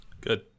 good